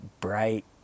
bright